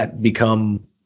become